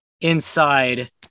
inside